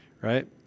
right